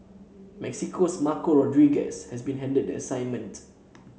Mexico's Marco Rodriguez has been handed the assignment